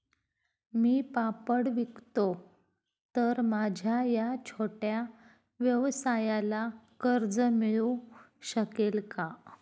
मी पापड विकतो तर माझ्या या छोट्या व्यवसायाला कर्ज मिळू शकेल का?